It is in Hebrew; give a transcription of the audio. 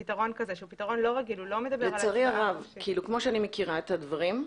לצערי הרב, כמו שאני מכירה את הדברים,